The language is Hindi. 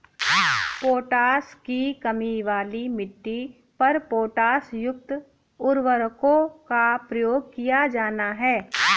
पोटाश की कमी वाली मिट्टी पर पोटाशयुक्त उर्वरकों का प्रयोग किया जाना है